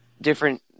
different